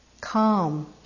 calm